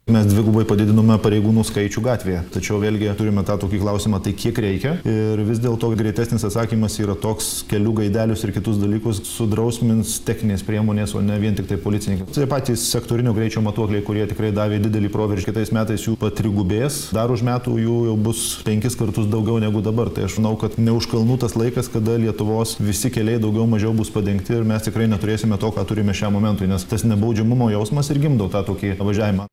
mes dvigubai padidinome pareigūnų skaičių gatvėje tačiau vėlgi turime tą tokį klausimą tai kiek reikia ir vis dėlto greitesnis atsakymas yra toks kelių gaidelius ir kitus dalykus sudrausmins techninės priemonės o ne vien tiktai policininkai tie patys sektorinio greičio matuokliai kurie tikrai davė didelį proveržį kitais metais jų patrigubės dar už metų jų jau bus penkis kartus daugiau negu dabar tai aš žinau kad ne už kalnų tas laikas kada lietuvos visi keliai daugiau mažiau bus padengti ir mes tikrai neturėsime to ką turime šiam momentui nes tas nebaudžiamumo jausmas ir gimdo tą tokį važiavimą